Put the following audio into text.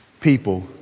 people